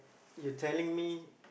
you telling me